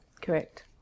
Correct